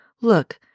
Look